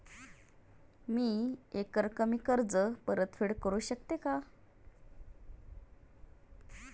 मी एकरकमी कर्ज परतफेड करू शकते का?